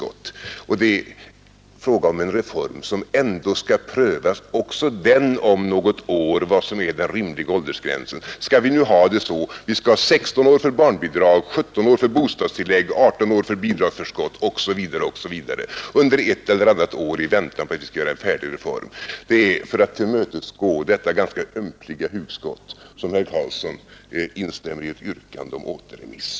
Och det är fråga om en reform som också den skall prövas om något år för att få fram vad som är den rimliga åldersgränsen. Skall vi nu ha 16 år för barnbidrag, 17 år för bostadstillägg, 18 år för bidragsförskott osv. under ett eller annat år i väntan på att vi skall göra en färdig reform? Det är för att tillmötesgå detta ganska ömkliga hugskott som herr Karlsson i Huskvarna instämmer i ett yrkande om återremiss.